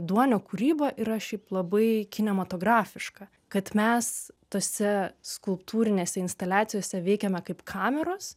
duonio kūryba yra šiaip labai kinematografiška kad mes tose skulptūrinėse instaliacijose veikiame kaip kameros